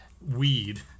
weed